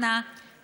אנא, עדכני אותנו.